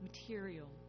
material